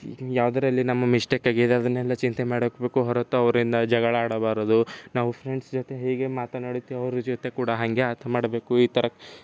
ಯಾವುದರಲ್ಲಿ ನಮ್ಮ ಮಿಸ್ಟೇಕ್ ಆಗಿದೆ ಅದನ್ನೆಲ್ಲ ಚಿಂತೆ ಮಾಡಬೇಕು ಹೊರತು ಅವರಿಂದ ಜಗಳ ಆಡಬಾರದು ನಾವು ಫ್ರೆಂಡ್ಸ್ ಜೊತೆ ಹೇಗೆ ಮಾತನಾಡುತ್ತೇವೆ ಅವರ ಜೊತೆ ಕೂಡ ಹಾಗೆ ಮಾತನಾಡಬೇಕು ಈ ಥರ